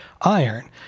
iron